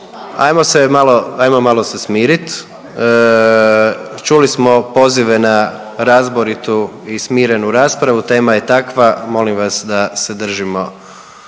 ajmo malo se smirit. Čuli smo pozive na razboritu i smirenu raspravu tema je takva molim vas da se držimo